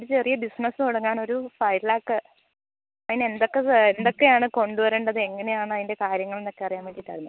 ഒരു ചെറിയ ബിസിനസ് തുടങ്ങാൻ ഒരു ഫൈവ് ലാക്ക് അതിനെന്തൊക്കെ എന്തൊക്കെയാണ് കൊണ്ടുവരേണ്ടത് എങ്ങനെയാണ് അതിൻ്റെ കാര്യങ്ങൾ എന്നൊക്കെ അറിയാൻ വേണ്ടിയിട്ടായിരുന്നു